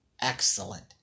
excellent